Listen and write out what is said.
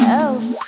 else